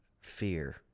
Fear